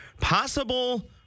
possible